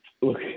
look